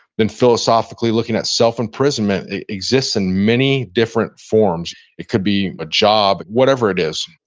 then philosophically looking at self-imprisonment. it exists in many different forms. it could be a job, whatever it is.